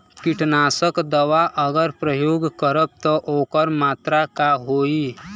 कीटनाशक दवा अगर प्रयोग करब त ओकर मात्रा का होई?